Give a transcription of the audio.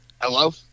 hello